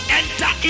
enter